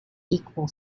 equal